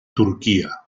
turquía